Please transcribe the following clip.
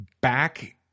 back